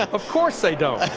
of course they don't.